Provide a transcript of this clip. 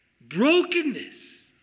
brokenness